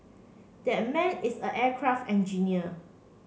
that man is an aircraft engineer